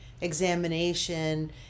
examination